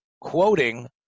quoting